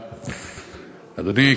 אדוני,